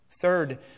Third